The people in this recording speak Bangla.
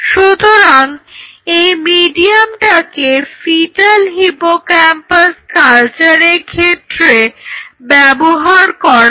সুতরাং এই মিডিয়ামটাকে ফিটাল হিপোক্যাম্পাস কালচারের ক্ষেত্রে ব্যবহার করা হয়